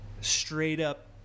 straight-up